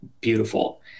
beautiful